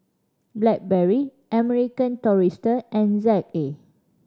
Blackberry American Tourister and Z A